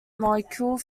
molecule